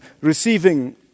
receiving